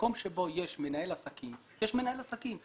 מקום שבו יש מנהל עסקים, יש מנהל עסקים.